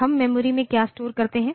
हम मेमोरी में क्या स्टोर करते हैं